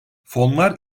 fonlar